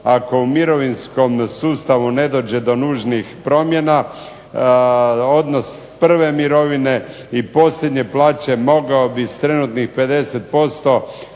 Ako u mirovinskom sustavu ne dođe do promjena, odnos prve mirovine i posljednje plaće mogao bi s trenutnih 50%